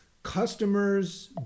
Customers